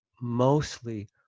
mostly